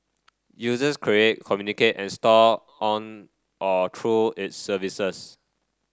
users create communicate and store on or through its services